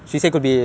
orh